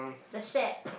the shed